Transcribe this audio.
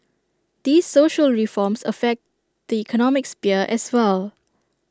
these social reforms affect the economic sphere as well